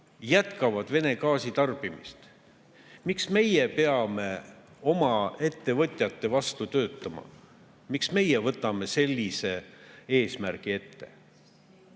jätkavad Vene gaasi tarbimist, siis miks meie peame oma ettevõtjate vastu töötama? Miks meie võtame sellise eesmärgi? Meie